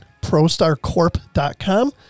Prostarcorp.com